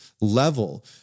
level